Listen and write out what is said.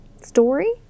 story